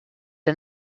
der